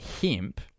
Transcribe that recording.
hemp